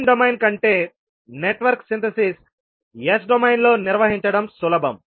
time domain కంటే network synthesis S డొమైన్లో నిర్వహించడం సులభం